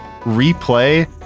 replay